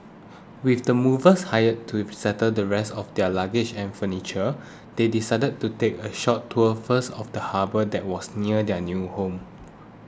with the movers hired to settle the rest of their luggage and furniture they decided to take a short tour first of the harbour that was near their new home